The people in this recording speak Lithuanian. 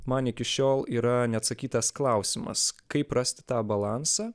man iki šiol yra neatsakytas klausimas kaip rasti tą balansą